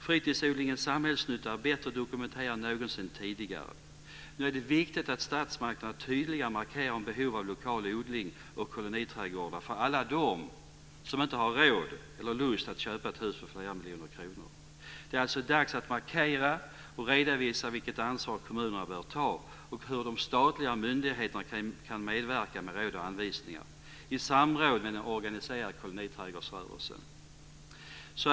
Fritidsodlingens samhällsnytta är bättre dokumenterad än någonsin tidigare. Nu är det viktigt att statsmakterna tydligare markerar behovet av lokal odling och koloniträdgårdar för alla dem som inte har råd eller lust att köpa ett hus för flera miljoner kronor. Det är alltså dags att markera och att redovisa vilket ansvar kommunerna bör ta och hur de statliga myndigheterna kan medverka med råd och anvisningar, i samråd med den organiserade koloniträdgårdsrörelsen.